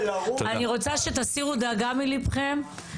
אני רוצה שתסירו דאגה מלבכם.